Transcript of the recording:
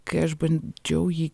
kai aš bandžiau jį